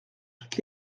toutes